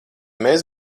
mēs